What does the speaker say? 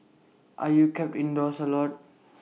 are you kept indoors A lot